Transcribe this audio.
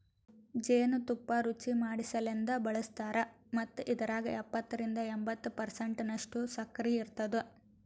ಜೇನು ತುಪ್ಪ ರುಚಿಮಾಡಸಲೆಂದ್ ಬಳಸ್ತಾರ್ ಮತ್ತ ಇದ್ರಾಗ ಎಪ್ಪತ್ತರಿಂದ ಎಂಬತ್ತು ಪರ್ಸೆಂಟನಷ್ಟು ಸಕ್ಕರಿ ಇರ್ತುದ